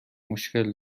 مشکل